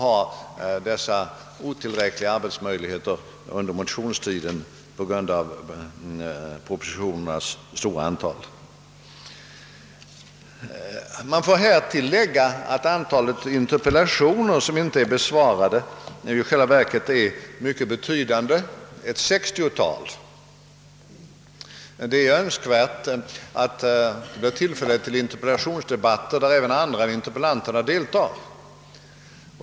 Och under motionstiden blir ju arbetsmöjligheterna otillräckliga på grund av propositionernas stora antal. Härtill får läggas att antalet ej besvarade interpellationer i själva verket är mycket betydande — ett sextiotal. Det är önskvärt att det blir tillfälle till interpellationsdebatter där även andra än interpellanterna deltar.